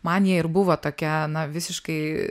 man jie ir buvo tokia na visiškai